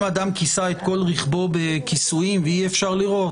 אם אדם כיסה את כל רכבו בכיסוי והיה אי-אפשר לראות,